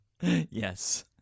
Yes